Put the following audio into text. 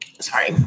sorry